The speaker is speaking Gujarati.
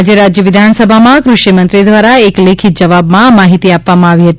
આજે રાજ્ય વિધાનસભામાં કૃષિમંત્રી દ્વારા એક લેખિત જવાબમાં આ માહિતી આપવામાં આવી હતી